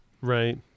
right